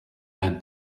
than